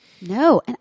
no